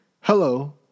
Hello